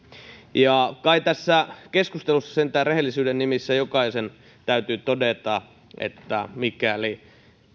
ja kai tässä keskustelussa sentään rehellisyyden nimissä jokaisen täytyy todeta että mikäli